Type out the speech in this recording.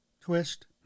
twist